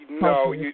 No